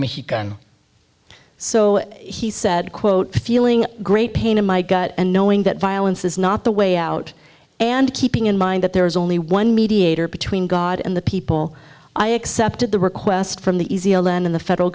he so he said quote feeling great pain in my gut and knowing that violence is not the way out and keeping in mind that there is only one mediator between god and the people i accepted the request from the land in the federal